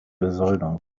besoldung